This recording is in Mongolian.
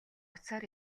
утсаар